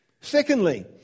Secondly